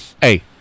hey